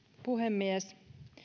puhemies